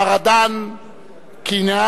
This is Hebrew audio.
מר אדאן קינאן,